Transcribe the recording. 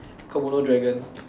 komodo dragon